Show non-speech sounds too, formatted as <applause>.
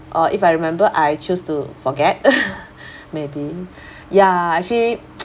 or if I remember I choose to forget <laughs> maybe ya actually <noise>